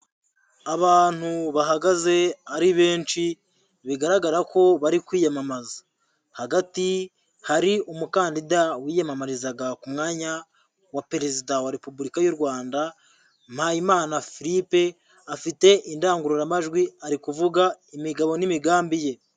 Abantu bahagaze ari benshi bigaragara ko bari kwiyamamaza, hagati hari umukandida wiyamamarizaga ku mwanya wa perezida wa repubulika y'u Rwanda MUHAYIMANA Philippe, afite indangururamajwi ari kuvuga imigabo n'imigambi ye.